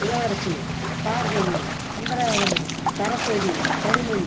Ilavarasi Bhargavi Sundaravadani Saraswati Kanimozhi